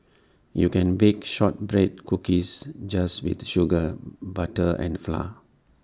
you can bake Shortbread Cookies just with sugar butter and flour